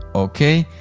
okay.